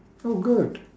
oh good